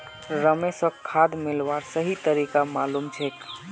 रमेशक खाद मिलव्वार सही तरीका मालूम छेक